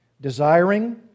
desiring